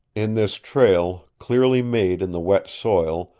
in this trail, clearly made in the wet soil,